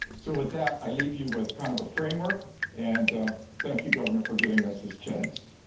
so with that, i leave you with kind of a framework and thank you, governor, for giving us his chance.